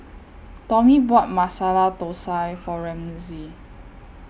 Tommy bought Masala Thosai For Ramsey